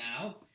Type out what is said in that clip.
now